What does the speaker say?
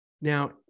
Now